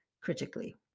critically